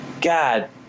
God